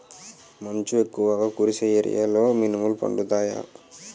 మంచు ఎక్కువుగా కురిసే ఏరియాలో మినుములు పండుతాయా?